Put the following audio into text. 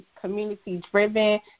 community-driven